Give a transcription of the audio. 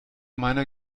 meiner